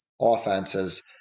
offenses